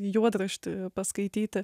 juodraštį paskaityti